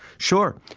sure.